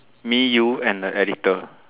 me you and the editor